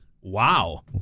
Wow